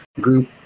group